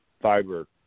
fiber